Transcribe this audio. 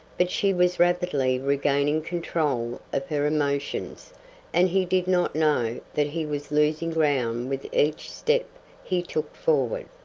but she was rapidly regaining control of her emotions and he did not know that he was losing ground with each step he took forward.